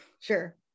Sure